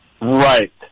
Right